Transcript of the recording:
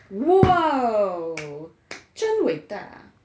!wow! 真伟大